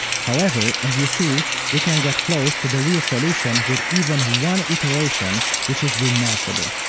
however, as you see, we can get close to the real solution with even one iteration, which is remarkable.